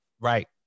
Right